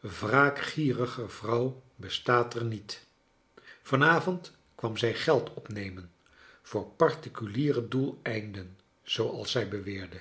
wraakgieriger vrouw bestaat er niet van avond kwam zij geld opnemen voor particuliere doeleinden zooals zij beweerde